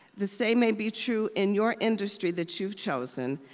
the same may be true in your industry that you've chosen,